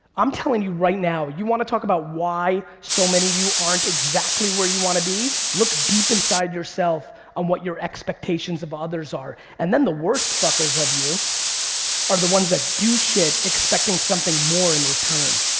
i'm telling you right now, you wanna talk about why so many of you aren't exactly where you wanna be? look deep inside yourself and what your expectations of others are. and then the worst fuckers of you are the ones that do shit expecting something more in return.